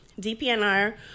DPNR